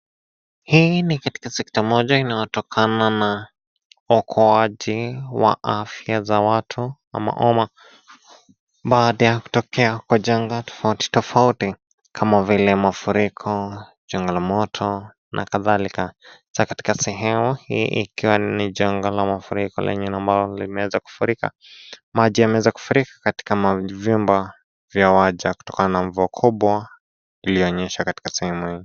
Hii ni katika sekta moja inayotokana na uokoaji wa afya za watu ama umma. Baada ya kutokea kwa janga tofauti tofauti, kama vile: mafuriko, janga la moto na kadhalika. Katika sehemu hii, ikiwa ni janga la mafuriko lenye na ambalo limeweza kufurika. Maji yameweza kufurika katika mavyumba vya waja kutokana na mvua kubwa, ilionyesha katika sehemu hii.